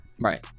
right